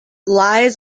lies